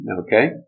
Okay